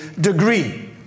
degree